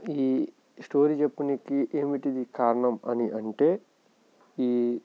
ఈ స్టోరీ చెప్పడానికి ఏమిటిది కారణం అని అంటే ఈ